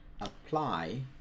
apply